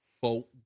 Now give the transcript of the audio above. Folk